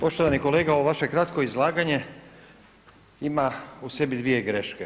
Poštovani kolega ovo vaše kratko izlaganje ima u sebi dvije greške.